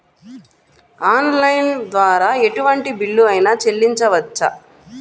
Online ద్వారా ఎటువంటి bill అయినా చెల్లించవచ్చా?